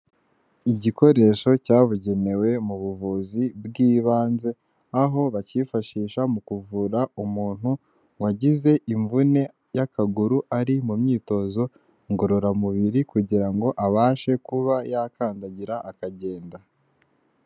Igikoresho cyabugenewe mu buvuzi bw'ibanze aho bakiyifashisha mu kuvura umuntu wagize imvune y'akaguru ari mu myitozo ngororamubiri kugira ngo abashe kuba yakandagira akagenda.